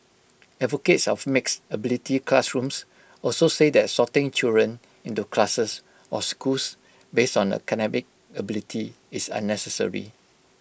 advocates of mixed ability classrooms also say that sorting children into classes or schools based on academic ability is unnecessary